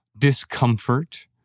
discomfort